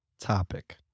topic